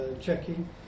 checking